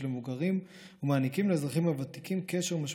המבוגרים ומעניקים לאזרחים הוותיקים קשר משמעותי.